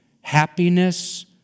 Happiness